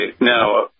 now